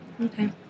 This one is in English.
Okay